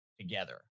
together